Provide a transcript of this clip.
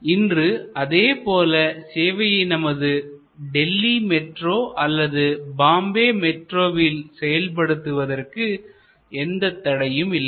இன்று அதே போல சேவையை நமது டெல்லி மெட்ரோ அல்லது பாம்பே மெட்ரோவில் செயல்படுத்துவதற்கு எந்த தடையும் இல்லை